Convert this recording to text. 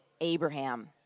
Abraham